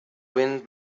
wind